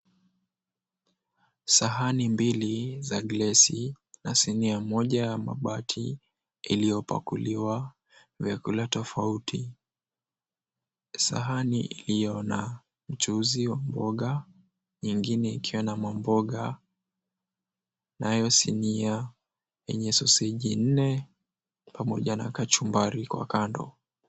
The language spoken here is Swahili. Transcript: Sahani mbili za glasi na sinia moja ya mabati iliyopakuliwa vyakula tofauti. Sahani iliyo na mchuzi wa mboga, nyingine ikiwa na mamboga. Nayo sinia yenye soseji nne pamoja na kachumbari kwa kando.